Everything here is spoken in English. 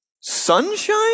Sunshine